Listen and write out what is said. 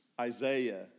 Isaiah